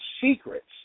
Secrets